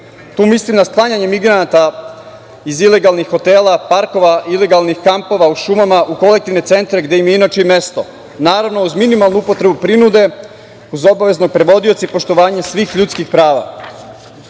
Tu mislim na sklanjanje migranata iz ilegalnih hotela, parkova, ilegalnih kampova u šumama u kolektivne cente, gde im je inače i mesto. Naravno, uz minimalnu upotrebu prinude, uz obaveznog prevodioca i poštovanje svih ljudskih prava. Značaj